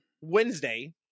Wednesday